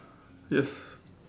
yes